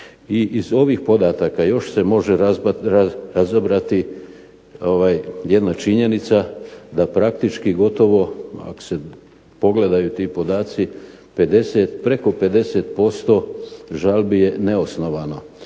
I iz ovih podataka još se može razabrati jedna činjenica da praktički gotovo ako se pogledaju ti podaci preko 50% žalbi je neosnovano,